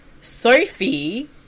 Sophie